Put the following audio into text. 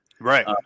Right